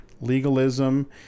legalism